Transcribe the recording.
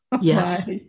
Yes